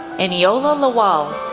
eniola lawal,